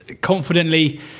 confidently